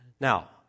Now